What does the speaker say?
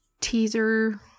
teaser